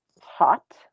hot